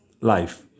life